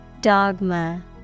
Dogma